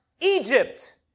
Egypt